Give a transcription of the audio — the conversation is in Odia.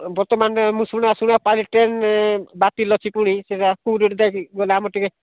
ବର୍ତ୍ତମାନ ମୁଁ ଶୁଣା ଶୁଣା ପାଇଲି ଟ୍ରେନ୍ ବାତିଲ୍ ଅଛି ପୁଣି ଆମର ଟିକେ